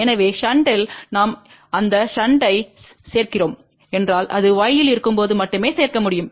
எனவே ஷண்டில் நாம் அந்த ஷண்டை சேர்க்கிறோம் என்றால் இது y இல் இருக்கும்போது மட்டுமே சேர்க்க முடியும்